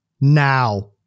Now